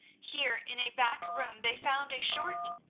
here in a back room they found a short,